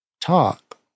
talk